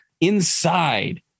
inside